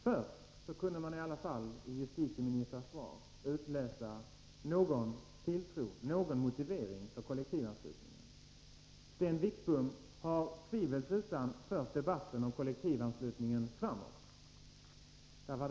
Förr kunde man i justitieministrars svar i alla fall utläsa någon motivering för kollektivanslutning. Sten Wickbom har tvivelsutan fört debatten om kollektivanslutningen framåt.